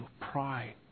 pride